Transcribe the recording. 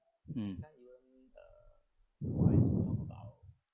mm